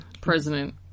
president